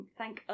thank